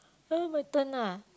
now my turn ah